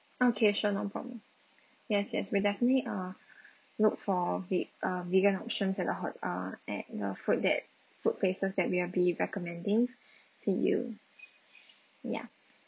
okay sure no problem yes yes we definitely uh look for veg~ uh vegan options that are ho~ uh at uh food that food places that we are be recommending to you ya